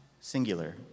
singular